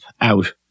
out